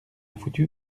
foutu